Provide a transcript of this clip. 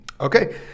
Okay